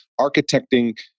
architecting